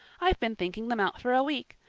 i've been thinking them out for a week.